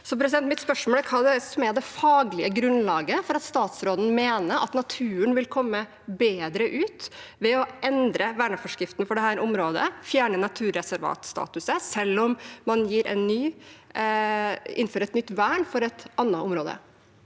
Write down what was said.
kan erstatte. Mitt spørsmål er hva som er det faglige grunnlaget for at statsråden mener at naturen vil komme bedre ut ved å endre verneforskriften for dette området og fjerne naturreservatstatusen, selv om man innfører et nytt vern for et annet område.